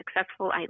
successful